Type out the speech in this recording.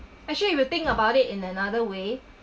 actually you will think about it in another way